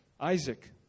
Isaac